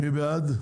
מי בעד?